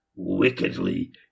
wickedly